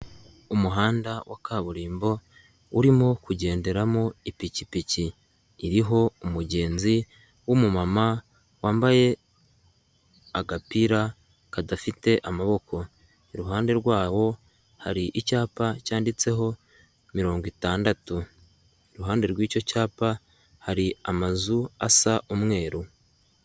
Umuhanda wa kaburimbo, urimo kugenderamo ipikipiki, iriho umugenzi w'umumama, wambaye agapira kadafite amaboko, iruhande rwabo hari icyapa cyanditseho, mirongo itandatu, iruhande rw'icyo cyapa, hari amazu asa umweru.